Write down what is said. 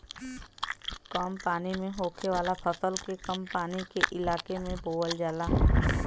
कम पानी में होखे वाला फसल के कम पानी के इलाके में बोवल जाला